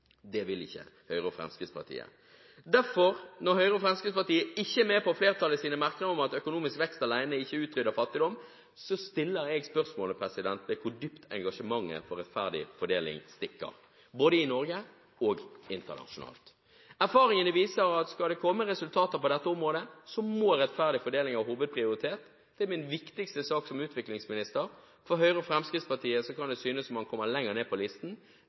Det vil ikke Høyre og Fremskrittspartiet. Derfor, når Høyre og Fremskrittspartiet ikke er med på flertallets merknader om at økonomisk vekst alene ikke utrydder fattigdom, stiller jeg spørsmålet: Hvor dypt stikker engasjementet for rettferdig fordeling, både i Norge og internasjonalt? Erfaringene viser at skal det komme resultater på dette området, må rettferdig fordeling ha hovedprioritet. Det er min viktigste sak som utviklingsminister. For Høyre og Fremskrittspartiet kan det synes som om den kommer lenger ned på listen.